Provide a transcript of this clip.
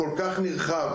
כל כך נרחב,